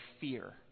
fear